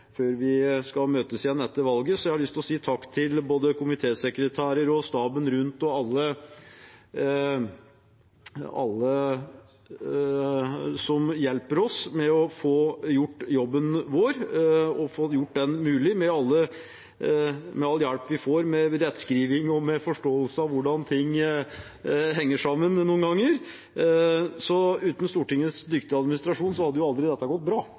skal møtes igjen etter valget, med å si takk til både komitésekretærer og staben rundt, alle som hjelper oss med å få gjort jobben vår, gjør den mulig, all hjelp vi får med rettskriving og med forståelse av hvordan ting henger sammen noen ganger. Uten Stortingets dyktige administrasjon hadde dette aldri gått bra.